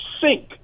sink